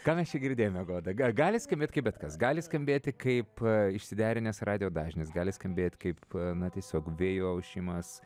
ką mes čia girdėjome goda ga gali skambėti kaip bet kas gali skambėti kaip išsiderinęs radijo dažnis gali skambėt kaip na tiesiog vėjo ošimas